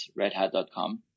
redhat.com